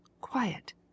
Quiet